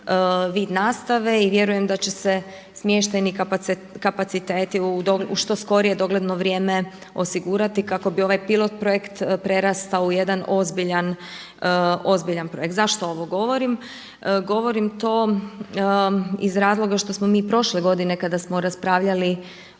vid nastave i vjerujem da će se smještajni kapaciteti u što skorije dogledno vrijeme osigurati kako bi ovaj pilot projekt prerastao u jedan ozbiljan projekt. Zašto ovo govorim? Govorim to iz razloga što smo mi prošle godine kada smo raspravljali